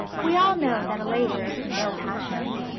we all know that a lady has no passions.